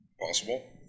possible